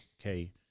Okay